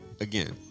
Again